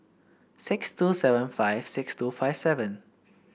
six two seven five six two five seven